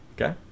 Okay